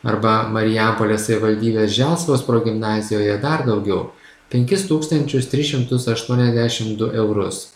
arba marijampolės savivaldybės želsvos progimnazijoje dar daugiau penkis tūkstančius tris šimtus aštuoniasdešim du eurus